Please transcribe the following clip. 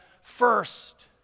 first